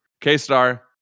K-Star